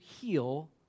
heal